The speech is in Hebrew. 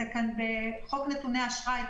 בתקנות ההפחתה לפי חוק נתוני אשראי,